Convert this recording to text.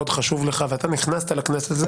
היום היה דיון על זה בוועדת הכנסת.